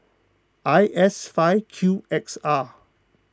I S five Q X R